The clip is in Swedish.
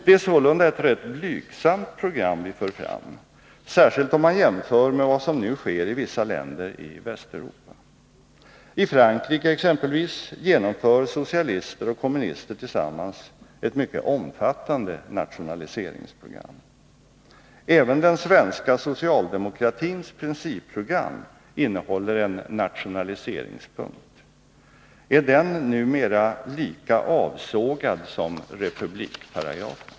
Det är sålunda ett rätt blygsamt program vi för fram, särskilt om man jämför med vad som nu sker i vissa länder i Västeuropa. I Frankrike exempelvis genomför socialister och kommunister tillsammans ett mycket omfattande nationaliseringsprogram. Även den svenska socialdemokratins principprogram innehåller en nationaliseringspunkt. Är den numera lika avsågad som republikparagrafen?